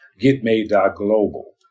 getmade.global